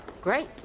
Great